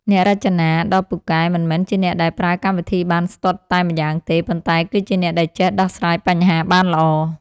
អ្នករចនាដ៏ពូកែមិនមែនជាអ្នកដែលប្រើកម្មវិធីបានស្ទាត់តែម្យ៉ាងទេ ប៉ុន្តែគឺជាអ្នកដែលចេះដោះស្រាយបញ្ហាបានល្អ។